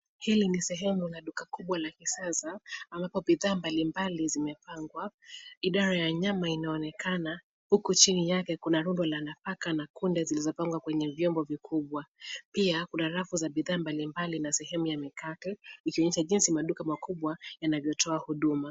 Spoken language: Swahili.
Hili ni sehemu la duka kubwa la kisasa ambapo bidhaa mbali mbali zimepangwa, Idara ya nyama inaonekana, huku chini yake kuna rundo la nafaka na kunde zilizopangwa kwenye vyombo vikubwa. Pia kuna rafu za bidhaa mbali mbali na sehemu ya mikate, ikionyesha jinsi maduka makubwa yanavyotoa huduma.